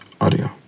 audio